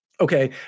Okay